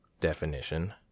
Definition